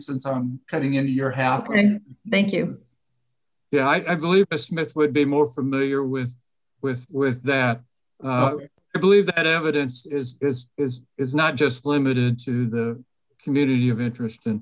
since i'm cutting into your house and bank you yeah i believe a smith would be more familiar with with with that i believe that evidence is is not just limited to the community of interest in